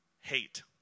hate